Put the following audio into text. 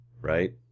right